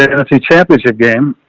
nfc championship game.